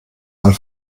weil